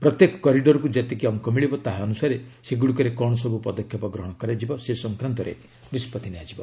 ପ୍ରତ୍ୟେକ କରିଡ଼ରକୁ ଯେତିକି ଅଙ୍କ ମିଳିବ ତାହା ଅନୁସାରେ ସେଗୁଡ଼ିକରେ କ'ଣ ସବୁ ପଦକ୍ଷେପ ଗ୍ରହଣ କରାଯିବା ସେ ସଂକ୍ରାନ୍ତରେ ନିଷ୍ପତ୍ତି ନିଆଯିବ